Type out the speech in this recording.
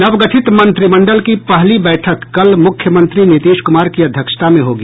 नवगठित मंत्रिमंडल की पहली बैठक कल मुख्यमंत्री नीतीश कुमार की अध्यक्षता में होगी